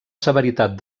severitat